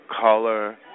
color